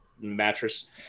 Mattress